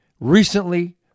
Recently